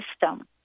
system